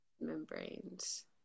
membranes